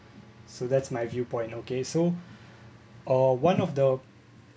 so that's my view point okay so uh one of the